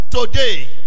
today